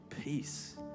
peace